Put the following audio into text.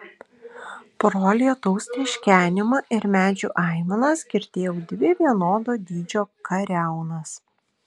pro lietaus teškenimą ir medžių aimanas girdėjau dvi vienodo dydžio kariaunas